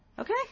Okay